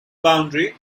boundary